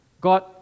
God